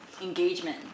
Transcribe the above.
engagement